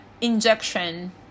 injection